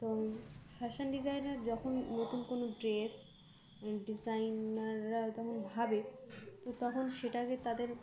তো fashion designer যখন নতুন কোনো ড্রেস ডিজাইনাররা তখন ভাবে তো তখন সেটাকে তাদের